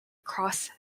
cross